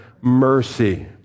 mercy